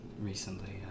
recently